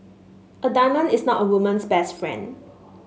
a diamond is not a woman's best friend